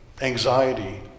anxiety